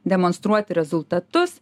demonstruoti rezultatus